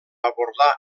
abordar